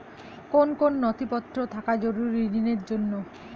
কোন কোন নথিপত্র থাকা জরুরি ঋণের জন্য?